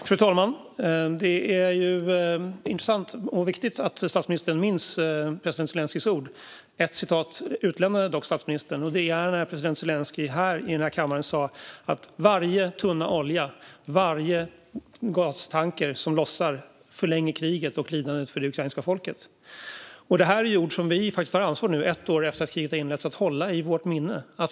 Fru talman! Det är intressant och viktigt att statsministern minns president Zelenskyjs ord. Ett citat utelämnade dock statsministern, och det var när president Zelenskyj här, i denna kammare, sa att varje tunna olja och varje gastanker som lossar förlänger kriget och lidandet för det ukrainska folket. Detta är ord som vi nu, ett år efter att kriget inleddes, har ansvar att hålla i minnet.